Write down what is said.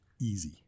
easy